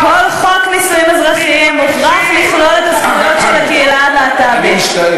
כל חוק נישואים אזרחיים מוכרח לכלול את הזכויות של הקהילה הלהט"בית,